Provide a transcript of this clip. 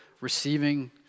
receiving